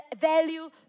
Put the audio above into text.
value